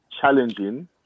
challenging